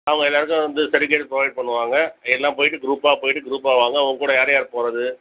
அவங்க எல்லாருக்கும் வந்து சர்டிஃபிகேட் ப்ரொவைட் பண்ணுவாங்க எல்லாம் போய்விட்டு க்ரூப்பாக போய்விட்டு க்ரூப்பாக வாங்க உங்கள்கூட யார் யார் போகறது